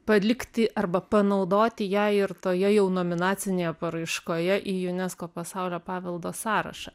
palikti arba panaudoti ją ir toje jau nominacinėje paraiškoje į unesco pasaulio paveldo sąrašą